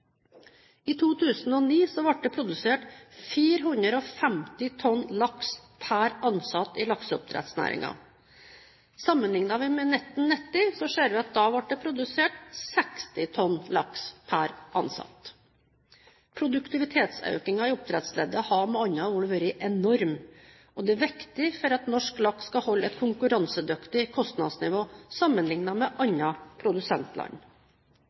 I 2009 ble det produsert 450 tonn laks per ansatt i lakseoppdrettsnæringen. Sammenlikner vi med 1990, ser vi at da ble det produsert 60 tonn laks per ansatt. Produktivitetsøkningen i oppdrettsleddet har med andre ord vært enorm, og det er viktig for at norsk laks skal holde et konkurransedyktig kostnadsnivå sammenliknet med andre produsentland.